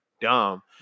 dumb